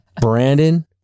Brandon